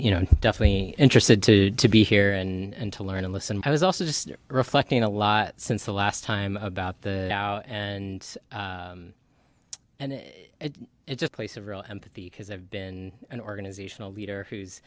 you know definitely interested to be here and to learn and listen i was also just reflecting a lot since the last time about the now and and it's a place of real empathy because i've been an organizational leader who's